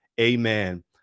Amen